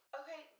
okay